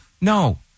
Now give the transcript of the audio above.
no